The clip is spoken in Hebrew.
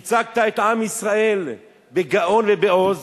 ייצגת את עם ישראל בגאון ובעוז,